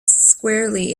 squarely